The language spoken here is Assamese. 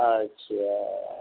আচ্ছা